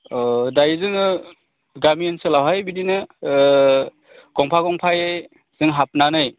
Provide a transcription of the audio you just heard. दायो जोङो गामि ओनसोलावहाय बिदिनो गंफा गंफायै जों हाबनानै